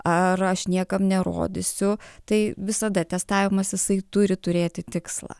ar aš niekam nerodysiu tai visada testavimas jisai turi turėti tikslą